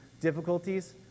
difficulties